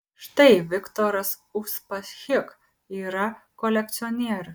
štai viktoras uspaskich yra kolekcionierius